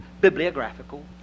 bibliographical